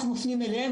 אנחנו מפנים אליהם,